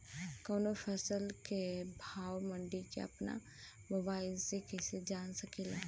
कवनो फसल के भाव मंडी के अपना मोबाइल से कइसे जान सकीला?